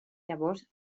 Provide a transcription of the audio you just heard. llavors